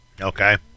Okay